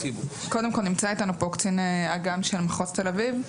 קודם כל נמצא אתנו פה קצין אגם של מחוז תל אביב,